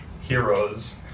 heroes